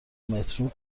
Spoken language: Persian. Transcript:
مترو